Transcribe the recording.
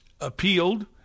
appealed